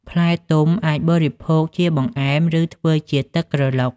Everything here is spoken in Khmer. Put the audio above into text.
ផ្លែទុំអាចបរិភោគជាបង្អែម ឬធ្វើជាទឹកក្រឡុក។